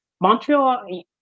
Montreal